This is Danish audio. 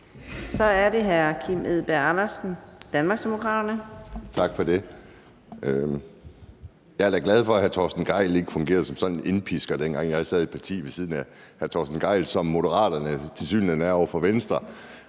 Kl. 14:14 Kim Edberg Andersen (DD): Tak for det. Jeg er da glad for, at hr. Torsten Gejl ikke fungerede som sådan en indpisker, dengang jeg sad i et parti ved siden af hr. Torsten Gejl, som Moderaterne tilsyneladende er over for Venstre,